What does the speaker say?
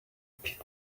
pit